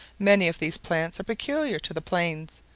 many of these plants are peculiar to the plains,